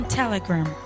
telegram